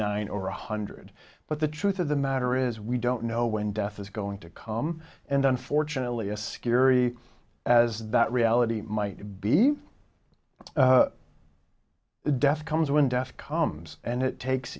nine or one hundred but the truth of the matter is we don't know when death is going to come and unfortunately a scary as that reality might be death comes when death comes and it takes